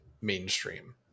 mainstream